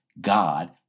God